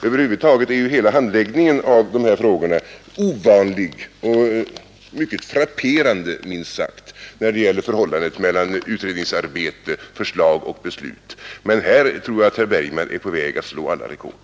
Över huvud taget är hela handläggningen av dessa frågor ovanlig och minst sagt frapperande, när det gäller förhållandet mellan utredningsarbete, förslag och beslut, men här tror jag att herr Bergman är på väg att slå alla rekord.